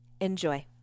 enjoy